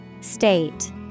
State